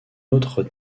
notre